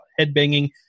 headbanging